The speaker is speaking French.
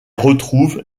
retrouve